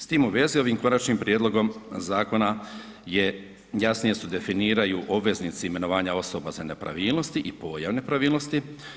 S tim uvezi, ovim konačnim prijedlogom zakona jasnije se definiraju obveznici imenovanja osoba za nepravilnosti i pojavu nepravilnosti.